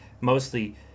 mostly